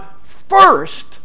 first